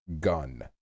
gun